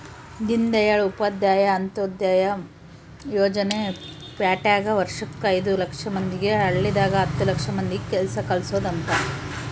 ದೀನ್ದಯಾಳ್ ಉಪಾಧ್ಯಾಯ ಅಂತ್ಯೋದಯ ಯೋಜನೆ ಪ್ಯಾಟಿದಾಗ ವರ್ಷಕ್ ಐದು ಲಕ್ಷ ಮಂದಿಗೆ ಹಳ್ಳಿದಾಗ ಹತ್ತು ಲಕ್ಷ ಮಂದಿಗ ಕೆಲ್ಸ ಕಲ್ಸೊದ್ ಅಂತ